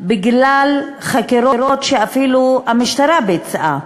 בגלל חקירות שאפילו המשטרה ביצעה,